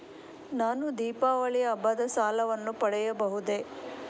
ನಾನು ದೀಪಾವಳಿ ಹಬ್ಬದ ಸಾಲವನ್ನು ಪಡೆಯಬಹುದೇ?